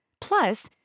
Plus